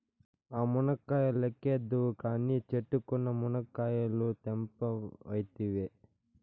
ఆ మునక్కాయ లెక్కేద్దువు కానీ, చెట్టుకున్న మునకాయలు తెంపవైతివే